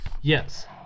Yes